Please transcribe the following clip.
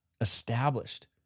established